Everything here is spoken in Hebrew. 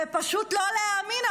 זה פשוט לא להאמין,